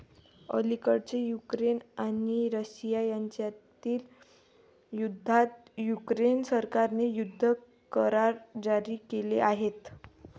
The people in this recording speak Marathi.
अलिकडेच युक्रेन आणि रशिया यांच्यातील युद्धात युक्रेन सरकारने युद्ध करार जारी केले आहेत